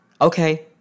okay